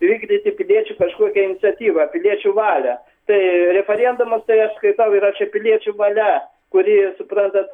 vykdyti piliečių kažkokią iniciatyvą piliečių valią tai referendumas tai aš skaitau yra čia piliečių valia kuri suprantat